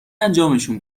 انجامشون